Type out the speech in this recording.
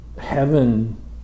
heaven